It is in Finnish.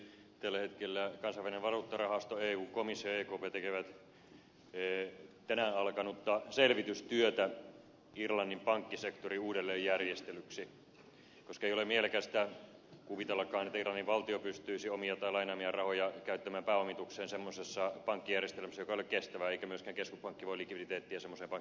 tällä hetkellä kansainvälinen valuuttarahasto eu komissio ja ekp tekevät tänään alkanutta selvitystyötä irlannin pankkisektorin uudelleenjärjestelyksi koska ei ole mielekästä kuvitellakaan että irlannin valtio pystyisi omia tai lainaamiaan rahoja käyttämään pääomitukseen semmoisessa pankkijärjestelmässä joka ei ole kestävä eikä myöskään keskuspankki voi likviditeettiä semmoiseen pankkijärjestelmään antaa